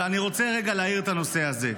אבל אני רוצה רגע להאיר את הנושא הזה.